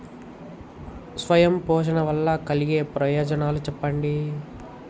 స్వయం పోషణ వల్ల కలిగే ప్రయోజనాలు చెప్పండి?